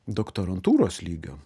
doktorantūros lygio